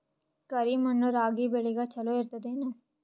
ಕರಿ ಮಣ್ಣು ರಾಗಿ ಬೇಳಿಗ ಚಲೋ ಇರ್ತದ ಏನು?